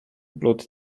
blood